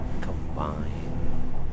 combine